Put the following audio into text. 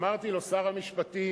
אמרתי לו: שר המשפטים,